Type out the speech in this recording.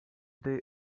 there